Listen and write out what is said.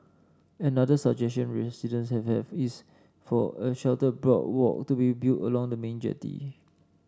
another suggestion residents have have is for a shelter boardwalk to be built along the main jetty